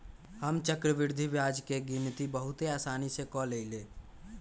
हम चक्रवृद्धि ब्याज के गिनति बहुते असानी से क लेईले